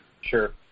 Sure